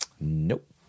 Nope